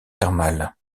thermale